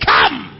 Come